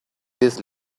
this